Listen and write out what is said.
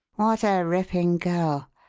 what a ripping girl!